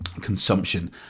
consumption